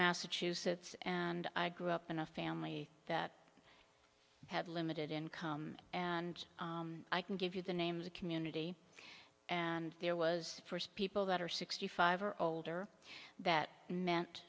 massachusetts and i grew up in a family that had limited income and i can give you the names of community and there was first people that are sixty five or older that meant